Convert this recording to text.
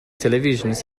televisions